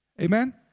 Amen